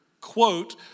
quote